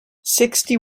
sixty